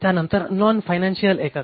त्यानंतर non financial एकक